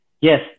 Yes